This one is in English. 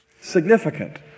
Significant